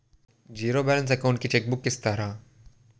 Zero balance account కి cheque book ఇస్తారా?